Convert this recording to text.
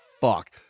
fuck